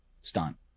stunt